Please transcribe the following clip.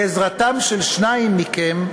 בעזרתם של שניים מכם,